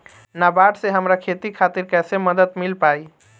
नाबार्ड से हमरा खेती खातिर कैसे मदद मिल पायी?